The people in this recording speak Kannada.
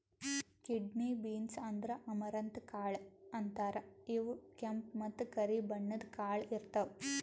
ಕಿಡ್ನಿ ಬೀನ್ಸ್ ಅಂದ್ರ ಅಮರಂತ್ ಕಾಳ್ ಅಂತಾರ್ ಇವ್ ಕೆಂಪ್ ಮತ್ತ್ ಕರಿ ಬಣ್ಣದ್ ಕಾಳ್ ಇರ್ತವ್